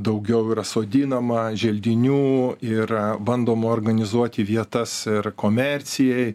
daugiau yra sodinama želdinių ir bandoma organizuoti vietas ir komercijai